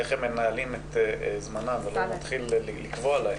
איך הם ממלאים את זמנם ולא מתחיל לקבוע להם.